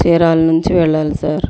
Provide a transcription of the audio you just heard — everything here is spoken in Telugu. చీరాల నుంచి వెళ్ళాలి సార్